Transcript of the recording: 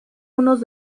unos